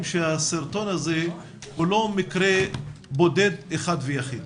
שהסרטון הזה הוא לא מקרה בודד אחד ויחיד